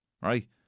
Right